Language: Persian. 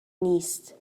نیست